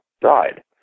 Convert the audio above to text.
died